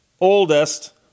Oldest